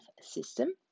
system